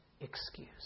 excuse